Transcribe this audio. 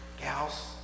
gals